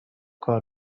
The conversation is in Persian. کار